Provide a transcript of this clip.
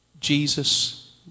Jesus